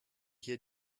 hier